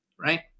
right